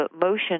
motion